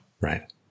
Right